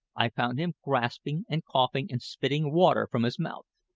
i found him gasping and coughing and spitting water from his mouth.